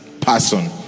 person